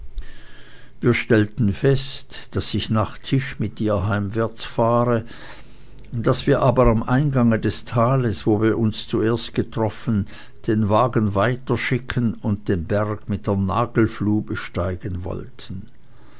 wir stellten fest daß ich nach tisch mit ihr heimwärts fahre daß wir aber am eingange des tales wo wir uns zuerst getroffen den wagen weiterschicken und den berg mit der nagelfluhe besteigen wollten